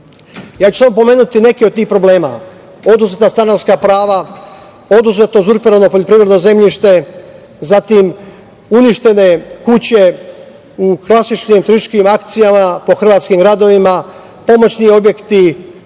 ću samo pomenuti neke od tih problema – oduzeta stanarska prava, oduzeto, uzurpirano poljoprivredno zemljište, zatim, uništene kuće u klasičnim terorističkim akcijama po hrvatskim gradovima, pomoćni objekti,